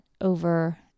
over